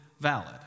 valid